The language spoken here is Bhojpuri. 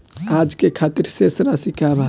आज के खातिर शेष राशि का बा?